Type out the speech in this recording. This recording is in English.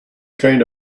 kind